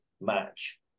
match